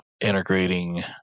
integrating